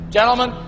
Gentlemen